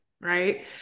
right